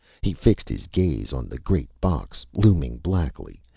he fixed his gaze on the great box, looming blackly,